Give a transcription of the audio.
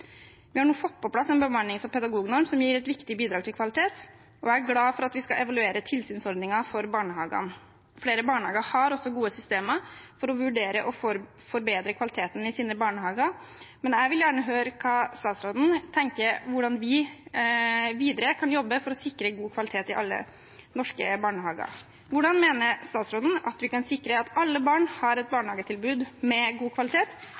Vi har nå fått på plass en bemannings- og pedagognorm som gir et viktig bidrag til kvalitet, og jeg er glad for at vi skal evaluere tilsynsordningen for barnehagene. Flere barnehager har gode systemer for å vurdere og forbedre kvaliteten i sine barnehager, men jeg vil gjerne høre hva statsråden tenker om hvordan vi kan jobbe videre for å sikre god kvalitet i alle norske barnehager. Hvordan mener statsråden vi kan sikre at alle barn har et barnehagetilbud med god kvalitet,